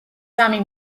სამი